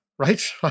Right